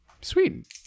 Sweet